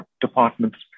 departments